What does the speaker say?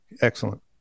Excellent